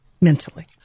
mentally